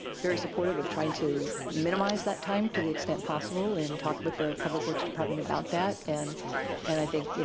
very supportive of trying to minimize that time to the extent possible and talk with the public works department about that, and and i think, you